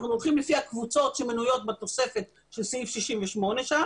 אנחנו הולכים לפי הקבוצות שמנויות בתוספת של סעיף 68 שם